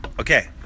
Okay